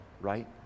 right